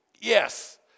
Yes